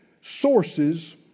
sources